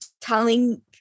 telling